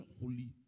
holy